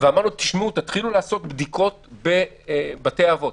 להתחיל לעשות בדיקות בבתי אבות